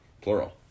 Plural